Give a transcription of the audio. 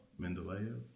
Mendeleev